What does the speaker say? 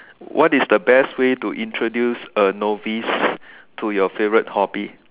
what is the best way to introduce a novice to your favourite hobby